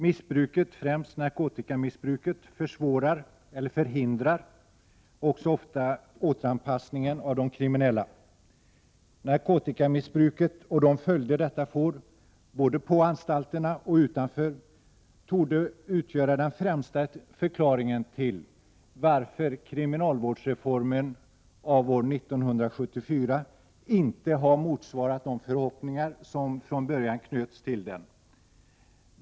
Missbruket, främst narkotikamissbruket, försvårar eller förhindrar också ofta återanpassningen av de kriminella. Narkotikamissbruket och de följder detta får, både på anstalterna och utanför, torde utgöra den främsta förklaringen till att kriminalvårdsreformen av år 1974 inte har motsvarat de förhoppningar som från början knöts till den.